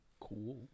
Cool